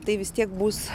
tai vis tiek bus